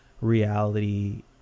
reality